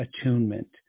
attunement